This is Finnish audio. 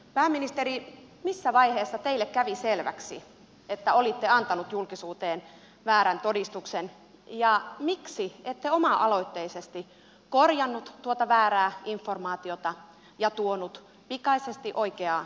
pääministeri missä vaiheessa teille kävi selväksi että olitte antanut julkisuuteen väärän todistuksen ja miksi ette oma aloitteisesti korjannut tuota väärää informaatiota ja tuonut pikaisesti oikeaa informaatiota julkisuuteen